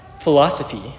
philosophy